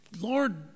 Lord